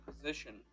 position